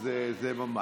אז זה ממש.